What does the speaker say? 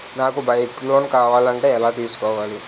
నాకు bike loan కావాలంటే ఎలా తీసుకోవాలి?